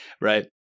Right